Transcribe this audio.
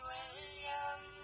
William